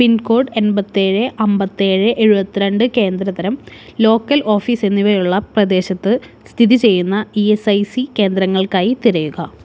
പിൻ code എൺപത്തേഴ് അൻപത്തേഴ് എഴുപത്തി രണ്ട് കേന്ദ്ര തരം ലോക്കൽ ഓഫീസ് എന്നിവയുള്ള പ്രദേശത്ത് സ്ഥിതി ചെയ്യുന്ന ഇ എസ് ഐ സി കേന്ദ്രങ്ങൾക്കായി തിരയുക